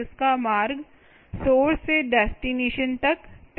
जिसका मार्ग सोर्स से डेस्टिनेशन तक तय किया गया है